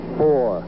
four